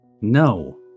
No